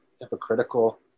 hypocritical